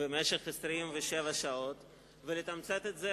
במשך 27 שעות ולתמצת את זה